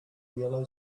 yellow